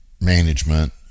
management